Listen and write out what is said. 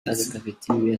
cafeteria